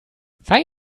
sei